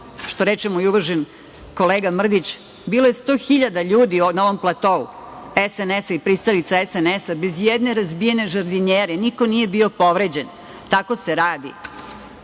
reče moj uvaženi kolega Mrdić, bilo je 100 hiljada ljudi na ovom platou SNS-a i pristalica SNS-a bez ijedne razbijene žardinjere, niko nije bio povređen. Tako se radi. Ja